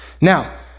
Now